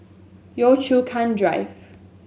Yio Chu Kang Drive